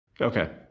Okay